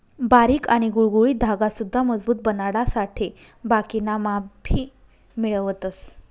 बारीक आणि गुळगुळीत धागा सुद्धा मजबूत बनाडासाठे बाकिना मा भी मिळवतस